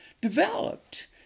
developed